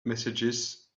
messages